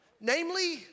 namely